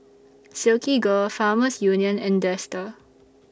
Silkygirl Farmers Union and Dester